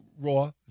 Raw